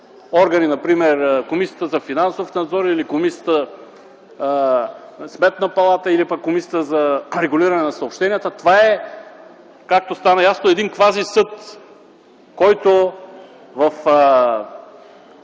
другите, например Комисията за финансов надзор или Сметната палата, или Комисията за регулиране на съобщенията. Това е, както стана ясно, един квазисъд, който в